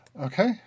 Okay